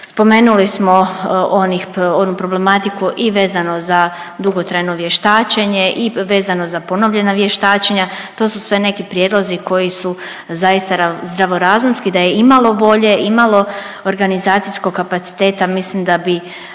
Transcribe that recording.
Spomenuli smo onu problematiku i vezano za dugotrajno vještačenje i vezano za ponovljena vještačenja, to su sve neki prijedlozi koji su zaista zdravorazumski, da je imalo volje, imalo organizacijskog kapaciteta mislim da bi